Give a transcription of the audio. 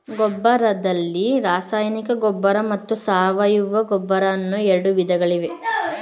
ಗೊಬ್ಬರದಲ್ಲಿ ರಾಸಾಯನಿಕ ಗೊಬ್ಬರ ಮತ್ತು ಸಾವಯವ ಗೊಬ್ಬರ ಅನ್ನೂ ಎರಡು ವಿಧಗಳಿವೆ